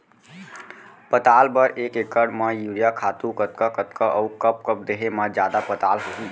पताल बर एक एकड़ म यूरिया खातू कतका कतका अऊ कब कब देहे म जादा पताल होही?